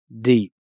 deep